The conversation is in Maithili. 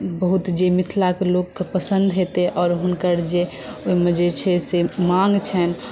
बहुत जे मिथिलाक लोकके पसन्द हेतै आओर हुनकर जे ओहिमे जे छै से माॅंग छनि